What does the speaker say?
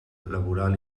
laboral